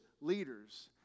leaders